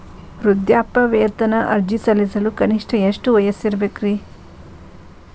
ವೃದ್ಧಾಪ್ಯವೇತನ ಅರ್ಜಿ ಸಲ್ಲಿಸಲು ಕನಿಷ್ಟ ಎಷ್ಟು ವಯಸ್ಸಿರಬೇಕ್ರಿ?